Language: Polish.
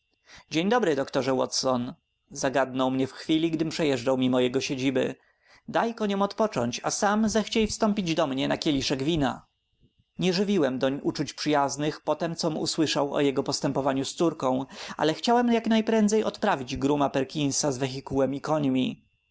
dzień dobry doktorze watson zagadnął mnie w chwili gdym przejeżdżał mimo jego siedziby daj koniom odpocząć a sam zechciej wstąpić do mnie na kieliszek wina nie żywiłem dla niego uczuć przyjaznych po tem com słyszał o jego postępowaniu z córką ale chciałem jaknajprędzej odprawić grooma perkinsa z wehikułem i końmi